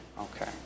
Okay